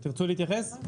תרצו להתייחס?